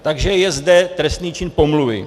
Takže je zde trestný čin pomluvy.